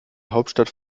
hauptstadt